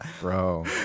Bro